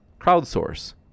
crowdsource